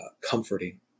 comforting